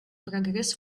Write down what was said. прогресс